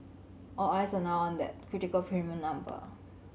all eyes are now on that critical premium number